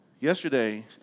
Yesterday